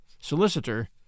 solicitor